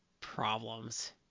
problems